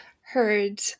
heard